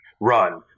Run